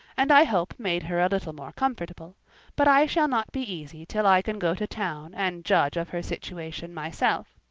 and i hope made her a little more comfortable but i shall not be easy till i can go to town and judge of her situation myself.